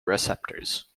receptors